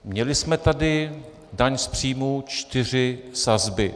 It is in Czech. Měli jsme tady daň z příjmů čtyři sazby.